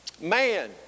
man